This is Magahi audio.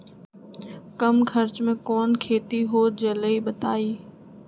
कम खर्च म कौन खेती हो जलई बताई?